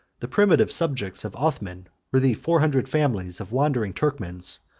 the primitive subjects of othman were the four hundred families of wandering turkmans,